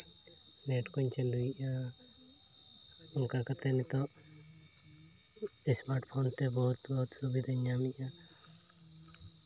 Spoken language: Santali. ᱱᱮᱹᱴ ᱠᱚᱹᱧ ᱪᱟᱹᱞᱩᱭᱮᱫᱟ ᱟᱨ ᱚᱱᱠᱟ ᱠᱟᱛᱮ ᱱᱤᱛᱚᱜ ᱥᱢᱟᱨᱴ ᱯᱷᱳᱱ ᱛᱮ ᱵᱚᱦᱩᱛ ᱵᱚᱦᱩᱛ ᱥᱩᱵᱤᱫᱟᱹᱧ ᱧᱟᱢᱮᱫᱼᱟ